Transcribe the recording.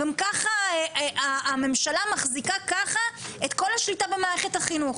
גם ככה הממשלה מחזיקה את כל השליטה במערכת החינוך,